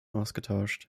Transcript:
ausgetauscht